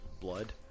blood